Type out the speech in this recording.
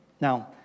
Now